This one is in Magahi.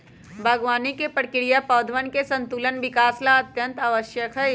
बागवानी के प्रक्रिया पौधवन के संतुलित विकास ला अत्यंत आवश्यक हई